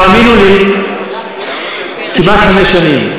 תאמינו לי, כמעט חמש שנים.